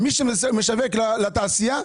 מי שמשווק לתעשיין,